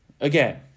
again